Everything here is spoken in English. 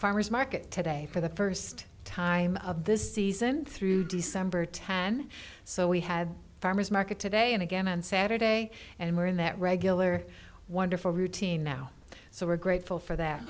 farmers market today for the first time of the season through december ten so we have farmer's market today and again on saturday and we're in that regular wonderful routine now so we're grateful for